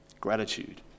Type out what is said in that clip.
Gratitude